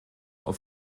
auf